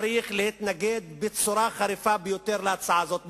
צריך להתנגד בצורה חריפה ביותר להצעה הזאת,